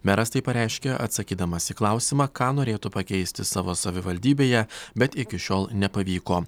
meras tai pareiškė atsakydamas į klausimą ką norėtų pakeisti savo savivaldybėje bet iki šiol nepavyko